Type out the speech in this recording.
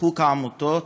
חוק העמותות.